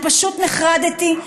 אני פשוט נחרדתי,